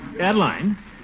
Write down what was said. Adeline